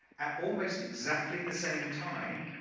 at almost exactly the same time,